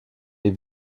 les